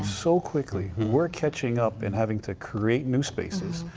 so quickly, we're catching up and having to create new spaces,